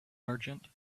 merchant